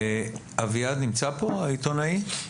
אביעד נמצא פה העיתונאי?